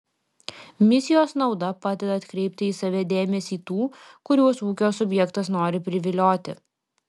misijos nauda padeda atkreipti į save dėmesį tų kuriuos ūkio subjektas nori privilioti